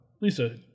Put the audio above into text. Lisa